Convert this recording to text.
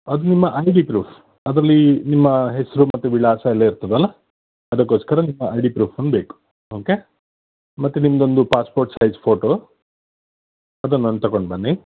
ಅದು ನಿಮ್ಮ I D proof ಅದರಲ್ಲಿ ನಿಮ್ಮ ಹೆಸರು ಮತ್ತು ವಿಳಾಸವೆಲ್ಲ ಇರ್ತದಲ್ಲ ಅದಕ್ಕೋಸ್ಕರ ನಿಮ್ಮ ಐ ಡಿ ಪ್ರೂಫ್ ಒಂದು ಬೇಕು ಓಕೆ ಮತ್ತು ನಿಮ್ಮದೊಂದು ಪಾಸ್ಪೋರ್ಟ್ ಸೈಜ್ ಫೋಟೊ ಅದನ್ನೊಂದು ತಗೊಂಡು ಬನ್ನಿ